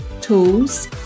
tools